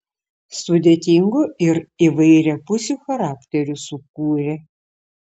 sudėtingų ir įvairiapusių charakterių sukūrė